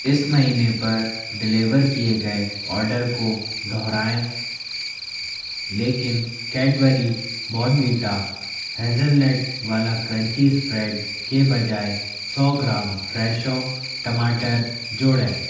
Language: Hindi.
इस महीने पर डिलीवर किए गए ऑर्डर को दोहराएँ लेकिन कैडबरी बॉर्नवीटा हेज़लनट वाला क्रंची स्प्रेड के बजाय सो ग्राम फ़्रेशो टमाटर जोड़ें